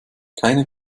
keine